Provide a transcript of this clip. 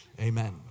Amen